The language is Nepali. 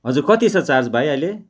हजुर कति छ चार्ज भाइ अहिले